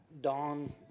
Dawn